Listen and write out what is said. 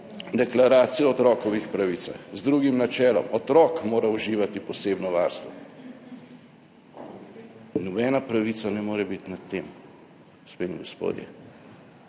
Deklaracijo o otrokovih pravicah z drugim načelom, otrok mora uživati posebno varstvo in nobena pravica ne more biti nad tem, gospe in gospodje.